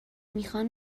میخوان